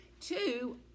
Two